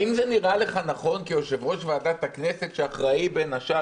האם זה נראה לך נכון כיושב-ראש ועדת הכנסת שאחראי בין השאר,